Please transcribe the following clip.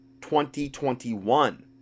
2021